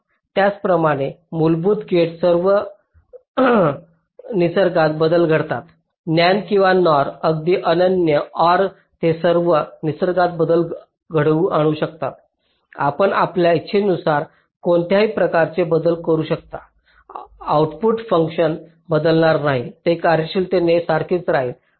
त्याचप्रमाणे मूलभूत गेट्स सर्व निसर्गात बदल घडतात NAND किंवा NOR अगदी अनन्य OR ते सर्व निसर्गात बदल घडवून आणू शकतात आपण आपल्या इच्छेनुसार कोणत्याही प्रकारे बदल करू शकता आउटपुट फंक्शन बदलणार नाही ते कार्यशीलते सारखेच राहतील